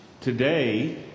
Today